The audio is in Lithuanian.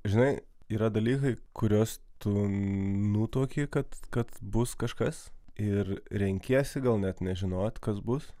žinai yra dalykai kuriuos tu nutuoki kad kad bus kažkas ir renkiesi gal net nežinojot kas bus